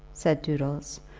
said doodles,